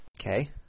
okay